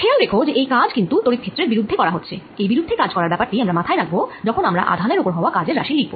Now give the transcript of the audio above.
খেয়াল রেখ যে এই কাজ কিন্তু তড়িৎ ক্ষেত্রের বিরুদ্ধে করা হচ্ছে এই বিরুদ্ধে কাজ করার ব্যাপার টি আমরা মাথায় রাখব যখন আমরা আধানের ওপর হওয়া কাজের রাশি লিখব